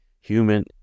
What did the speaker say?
human